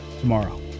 tomorrow